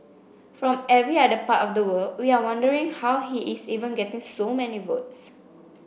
from every other part of the world we are wondering how he is even getting so many votes